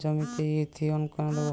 জমিতে ইরথিয়ন কেন দেবো?